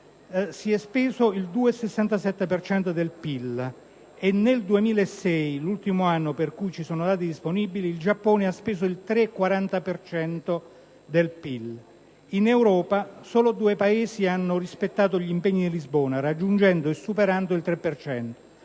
si è speso il 2,67 per cento del PIL; e nel 2006, l'ultimo anno per cui ci sono dati disponibili, il Giappone ha speso il 3,40 per cento del PIL. In Europa solo due Paesi hanno rispettato gli impegni di Lisbona, raggiungendo e superando il 3